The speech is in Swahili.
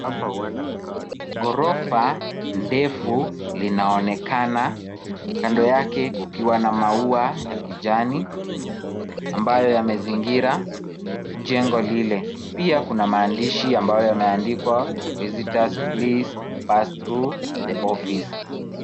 Ghorofa ndefu linaonekana, kando yake kukiwa na maua ya kijani ambayo yamezingira jengo lile. Pia kuna maandishi ambayo yameandikwa visitors please pass through the ofice .